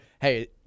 hey